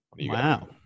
Wow